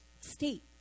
state